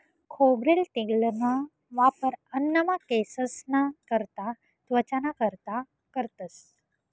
खोबरेल तेलना वापर अन्नमा, केंससना करता, त्वचाना कारता करतंस